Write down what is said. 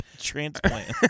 transplant